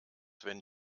wenn